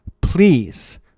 please